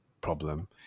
problem